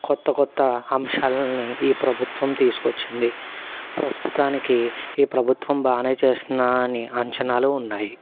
కొత్త కొత్త అంశాల్ని ఈ ప్రభుత్వం తీసుకొచ్చింది ప్రస్తుతానికి ఈ ప్రభుత్వం బానే చేస్తున్నా అని అంచనాలు ఉన్నాయి